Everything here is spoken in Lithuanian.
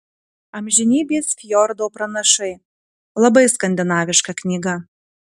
amžinybės fjordo pranašai labai skandinaviška knyga